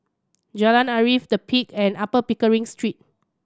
Jalan Arif The Peak and Upper Pickering Street